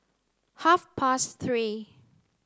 half past three